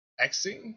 Xing